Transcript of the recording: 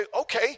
okay